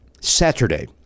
Saturday